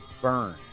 Burn